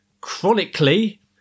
chronically